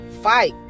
fight